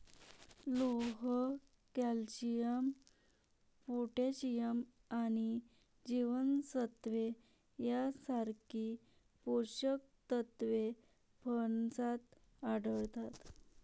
लोह, calcium, potassium आणि जीवनसत्त्वे यांसारखी पोषक तत्वे फणसात आढळतात